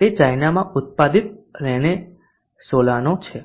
તે ચાઇનામાં ઉત્પાદિત રેનેસોલાનો છે